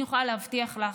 אני יכולה להבטיח לך,